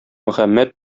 мөхәммәд